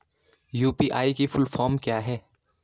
UPI की full form क्या है?